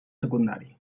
secundari